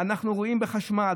אנחנו רואים בחשמל,